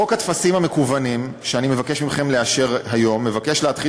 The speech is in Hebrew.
חוק הטפסים המקוונים שאני מבקש מכם לאשר היום מבקש להתחיל